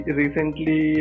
recently